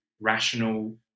rational